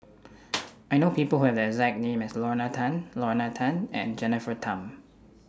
I know People Who Have The exact name as Lorna Tan Lorna Tan and Jennifer Tham